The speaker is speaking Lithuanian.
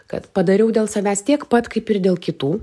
kad padariau dėl savęs tiek pat kaip ir dėl kitų